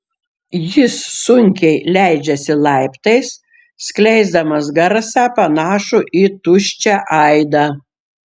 jis sunkiai leidžiasi laiptais skleisdamas garsą panašų į tuščią aidą